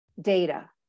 data